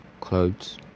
clothes